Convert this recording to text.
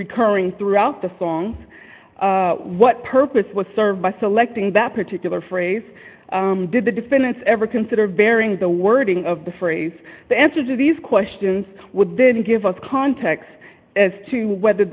recurring throughout the song what purpose was served by selecting that particular phrase did the defendants ever consider varying the wording of the phrase the answer to these questions would then give us context as to whether